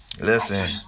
listen